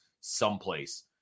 someplace